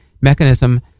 mechanism